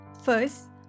First